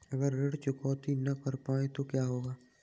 अगर ऋण चुकौती न कर पाए तो क्या होगा?